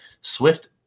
Swift